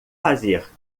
fazer